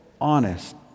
honest